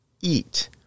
eat